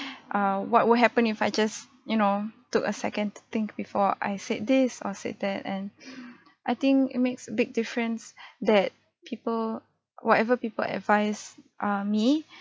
err what will happen if I just you know took a second to think before I said this or said that and I think it makes a big difference that people whatever people advise err me